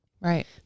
Right